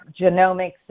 genomics